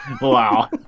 Wow